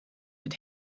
with